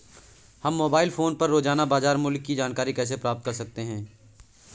हम mobile phone पर रोजाना बाजार मूल्य की जानकारी कैसे प्राप्त कर सकते हैं?